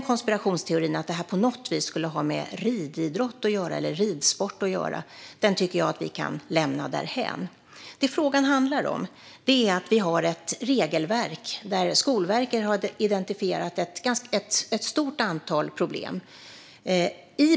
Konspirationsteorin om att detta på något sätt har med rididrott eller ridsport att göra tycker jag att vi kan lämna därhän. Frågan handlar i stället om ett regelverk i vilket Skolverket har identifierat ett stort antal problem.